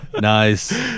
Nice